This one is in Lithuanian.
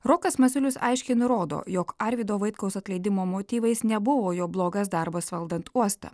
rokas masiulis aiškiai nurodo jog arvydo vaitkaus atleidimo motyvais nebuvo jo blogas darbas valdant uostą